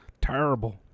Terrible